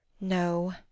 No